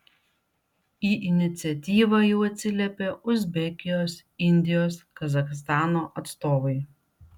į iniciatyvą jau atsiliepė uzbekijos indijos kazachstano atstovai